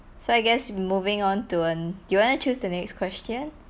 so I guess moving on to um do you want to choose the next question